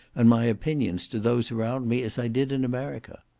and my opinions to those around me, as i did in america.